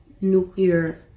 nuclear